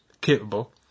capable